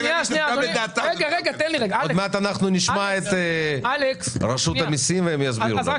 עוד מעט אנחנו נשמע את אנשי רשות המיסים והם יסבירו.